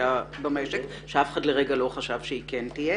השביתה במשק למרות שאף אחד לא באמת חשב שהיא תהיה.